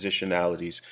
positionalities